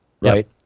right